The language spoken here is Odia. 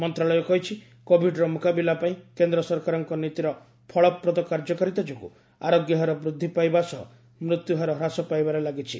ମନ୍ତ୍ରଣାଳୟ କହିଛି କୋବିଡ୍ର ମୁକାବିଲା ପାଇଁ କେନ୍ଦ୍ର ସରକାରଙ୍କ ନୀତିର ଫଳପ୍ରଦ କାର୍ଯ୍ୟକାରିତା ଯୋଗୁଁ ଆରୋଗ୍ୟହାର ବୃଦ୍ଧି ପାଇବା ସହ ମୃତ୍ୟୁହାର ହ୍ରାସ ପାଇବାରେ ଲାଗିଛି